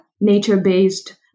nature-based